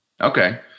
Okay